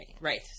Right